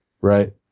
Right